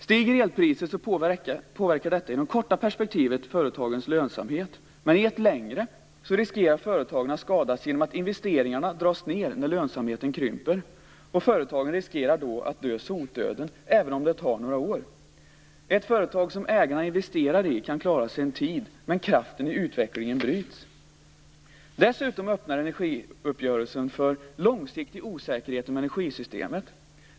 Stiger elpriset påverkar detta i det korta perspektivet företagens lönsamhet, men i ett längre perspektiv riskerar företagen att skadas genom att investeringarna dras ned när lönsamheten krymper. Företagen riskerar då att dö sotdöden, även om det tar några år. Ett företag som ägarna investerar i kan klara sig en tid, men kraften i utvecklingen bryts. Dessutom öppnar energiuppgörelsen för långsiktig osäkerhet om energisystemet.